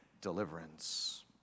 deliverance